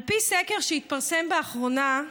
על פי סקר שהתפרסם באחרונה,